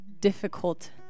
difficult